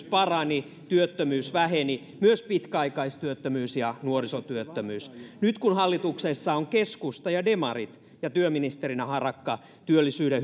parani työttömyys väheni myös pitkäaikaistyöttömyys ja nuorisotyöttömyys nyt kun hallituksessa on keskusta ja demarit ja työministerinä harakka työllisyyden